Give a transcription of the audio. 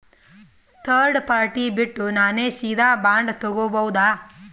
Third party ಬಿಟ್ಟು ನಾನೇ ಸೀದಾ ಬಾಂಡ್ ತೋಗೊಭೌದಾ?